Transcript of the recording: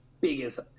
biggest